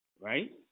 right